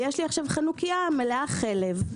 ויש לי חנוכייה מלאה חלב.